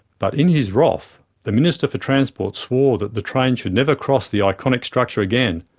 but in his wrath, the minister for transport swore that the train should never cross the iconic structure again,